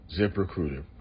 ZipRecruiter